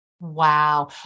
Wow